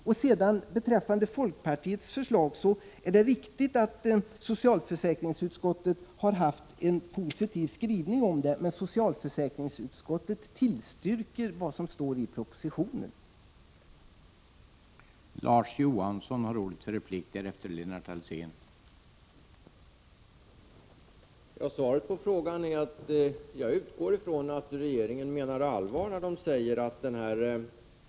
Vad gäller folkpartiets förslag är det riktigt att socialförsäkringsutskottets skrivning är positiv, men socialförsäkringsutskottet tillstyrker ändå propositionens förslag.